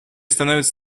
становятся